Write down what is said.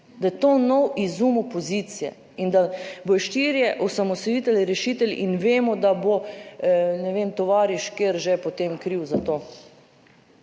da je to nov izum opozicije in da bodo štirje osamosvojitelji rešitelji. In vemo, da bo ne vem, tovariške že potem kriv za to.